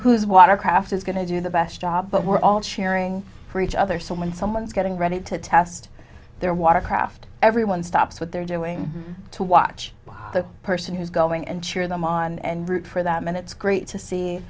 who's watercraft is going to do the best job but we're all cheering for each other so when someone's getting ready to test their watercraft everyone stops what they're doing to watch the person who's going and cheer them on and root for that minutes great to see